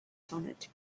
sonnet